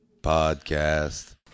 Podcast